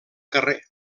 carrer